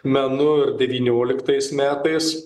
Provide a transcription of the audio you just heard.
menu devynioliktais metais